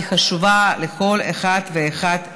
זה חשוב לכל אחת ואחד מאיתנו.